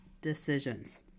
decisions